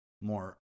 more